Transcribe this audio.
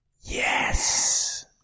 Yes